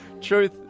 Truth